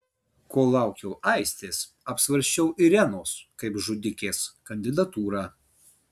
kol laukiau aistės apsvarsčiau irenos kaip žudikės kandidatūrą